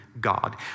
God